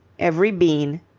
every bean,